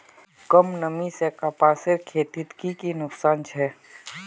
कम नमी से कपासेर खेतीत की की नुकसान छे?